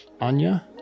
Anya